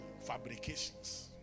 fabrications